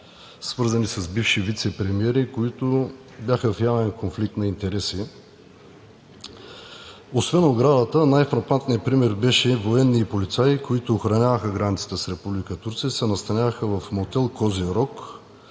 свързани с бивши вицепремиери, които бяха в явен конфликт на интереси. Освен оградата, най-фрапантният пример беше: военни и полицаи, които охраняваха границата с Република Турция, се настаняваха в мотел „Козият